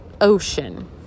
ocean